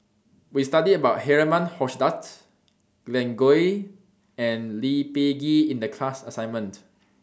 We studied about Herman Hochstadt Glen Goei and Lee Peh Gee in The class assignment